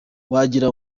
wagira